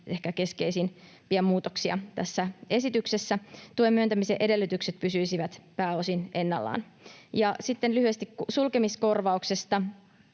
ehkä keskeisimpiä muutoksia tässä esityksessä. Tuen myöntämisen edellytykset pysyisivät pääosin ennallaan. Ja sitten lyhyesti sulkemiskorvauksesta: